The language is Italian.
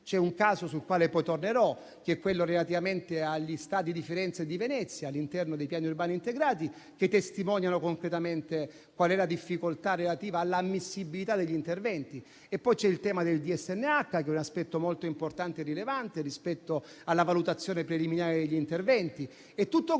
C'è un caso sul quale poi tornerò, che è quello relativo agli stadi di Firenze e di Venezia all'interno dei Piani urbani integrati, che testimoniano concretamente qual è la difficoltà relativa all'ammissibilità degli interventi. Poi c'è il tema del DSNH (*do not significant harm*), che è un aspetto molto importante e rilevante rispetto alla valutazione preliminare degli interventi.